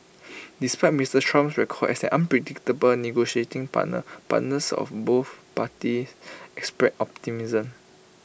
despite Mister Trump's record as an unpredictable negotiating partner partners of both parties expressed optimism